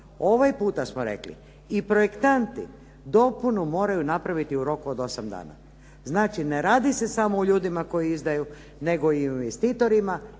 Ovaj puta smo rekli, i projektanti dopunu moraju napraviti u roku od 8 dana. Znači, ne radi se samo o ljudima koji izdaju nego i o investitorima